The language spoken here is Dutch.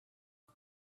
het